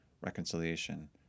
reconciliation